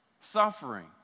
suffering